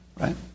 Right